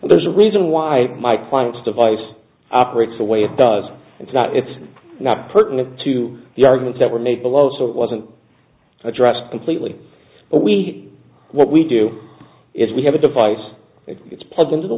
so there's a reason why my clients device operates the way it does it's not it's not pertinent to the arguments that were made below so it wasn't addressed completely but we what we do is we have a device it's plugged into the